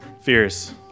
fierce